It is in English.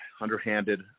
underhanded